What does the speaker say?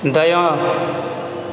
दायाँ